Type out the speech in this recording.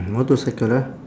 motorcycle ah